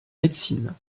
médecine